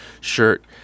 shirt